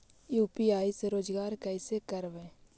UPI से रोजगार कैसे करबय?